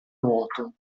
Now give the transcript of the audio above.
nuoto